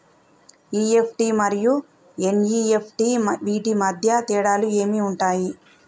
EFT మరియు NEFT వీటి మధ్య తేడాలు ఏమి ఉంటాయి?